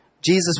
Jesus